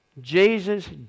Jesus